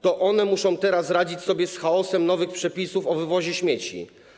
To one muszą teraz radzić sobie z chaosem nowych przepisów o wywozie śmieci.